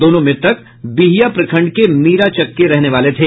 दोनों मृतक बिहियां प्रखंड के मीराचक के रहने वाले थे